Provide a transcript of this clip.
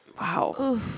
Wow